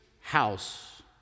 house